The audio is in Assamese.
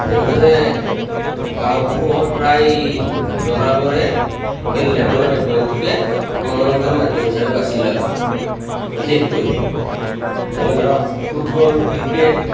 যেনেদৰে গাঁওসমূহত প্ৰায় ল'ৰাবোৰে খেল ধেমালি মাধ্যমটোকে মনোৰঞ্জনৰ মাধ্যম হিচাপে বাছি লয় বিশেষকৈ যেনে ধৰক ফুটবল ক্ৰিকেট